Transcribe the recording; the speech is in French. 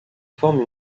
forme